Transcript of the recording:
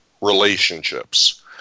relationships